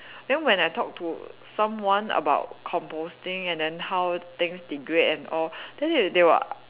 then when I talk to someone about composting and then how things degrade and all then they they will